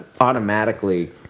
automatically